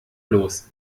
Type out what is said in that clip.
los